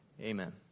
Amen